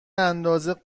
اندازه